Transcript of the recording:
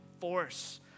force